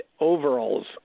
overalls